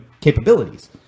capabilities